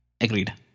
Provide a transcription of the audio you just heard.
Agreed